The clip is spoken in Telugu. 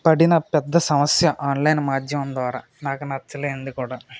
పడిన పెద్ద సమస్య ఆన్లైన్ మాధ్యమం ద్వారా నాకు నచ్చలేనిది కూడా